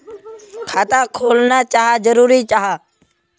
खाता खोलना चाँ जरुरी जाहा?